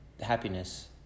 happiness